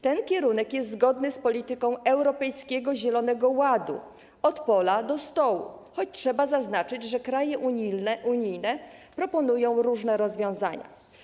Ten kierunek jest zgodny z polityką Europejskiego Zielonego Ładu, od pola do stołu, choć trzeba zaznaczyć, że kraje unijne proponują różne rozwiązania.